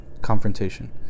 confrontation